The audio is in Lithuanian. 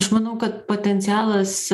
aš manau kad potencialas